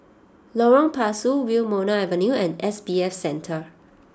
Lorong Pasu Wilmonar Avenue and S B F Center